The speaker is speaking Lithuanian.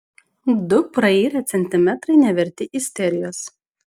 du prairę centimetrai neverti isterijos